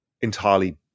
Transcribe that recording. entirely